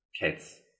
Kids